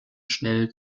schnell